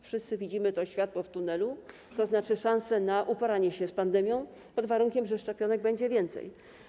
Wszyscy widzimy to światło w tunelu, to znaczy szansę na uporanie się z pandemią, pod warunkiem, że szczepionek będzie więcej.